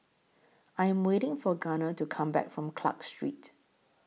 I Am waiting For Gunnar to Come Back from Clarke Street